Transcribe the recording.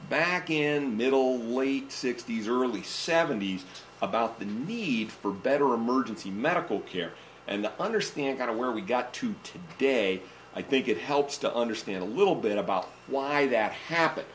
back in middle late sixty's early seventy's about the need for better emergency medical care and i understand kind of where we got to today i think it helps to understand a little bit about why that happened